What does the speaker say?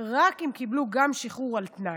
רק אם קיבלו גם שחרור על תנאי,